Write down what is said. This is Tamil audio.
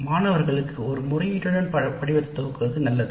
மாணவர்களுக்கு ஒரு வேண்டுகோளுடன் படிமத்தை துவங்குவது நல்லது